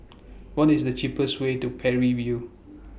What IS The cheapest Way to Parry View